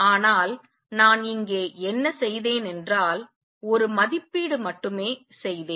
ஆனால் நான் இங்கே என்ன செய்தேன் என்றால் ஒரு மதிப்பீடு மட்டுமே செய்தேன்